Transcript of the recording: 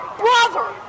brother